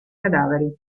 cadaveri